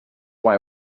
why